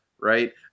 Right